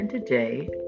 Today